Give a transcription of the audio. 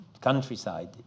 countryside